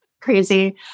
crazy